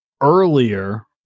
earlier